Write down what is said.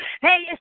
Hey